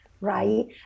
Right